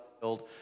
build